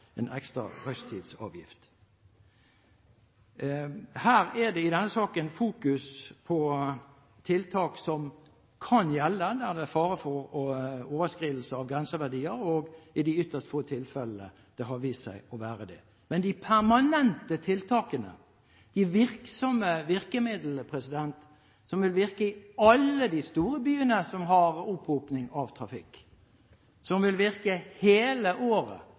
ekstra rushtidsavgift. Det er i denne saken fokus på tiltak som kan gjelde der det er fare for overskridelse av grenseverdier, og de ytterst få gangene det har vist seg å være tilfellet. Men de permanente tiltakene, de virksomme virkemidlene, som vil virke i alle de store byene som har opphopning av trafikk, som vil virke hele året,